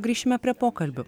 grįšime prie pokalbių